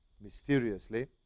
mysteriously